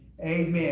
amen